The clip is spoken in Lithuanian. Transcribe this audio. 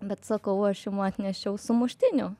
bet sakau aš jum atnešiau sumuštinių